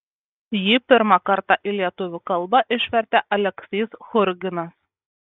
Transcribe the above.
jį pirmą kartą į lietuvių kalbą išvertė aleksys churginas